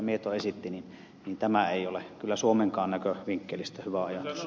mieto esitti ei ole kyllä suomenkaan näkövinkkelistä hyvä ajatus